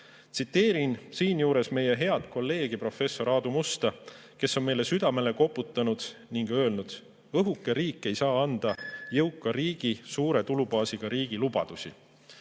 Tsiteerin siinjuures meie head kolleegi professor Aadu Musta, kes on meile südamele koputanud ning öelnud: "Õhuke riik ei saa anda jõuka riigi, suure tulubaasiga riigi lubadusi."Palun